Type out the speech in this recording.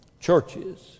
churches